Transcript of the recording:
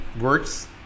works